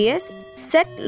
set